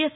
yes